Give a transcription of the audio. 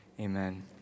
Amen